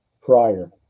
prior